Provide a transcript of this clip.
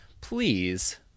please